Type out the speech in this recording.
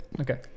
okay